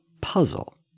puzzle